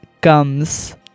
gums